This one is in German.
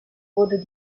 wurde